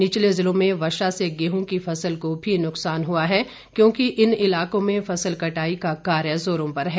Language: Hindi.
निचले जिलों में वर्षा से गेहूं की फसल को भी नुकसान हुआ है क्योंकि इन इलाकों में फसल कटाई का कार्य जोरों पर हैं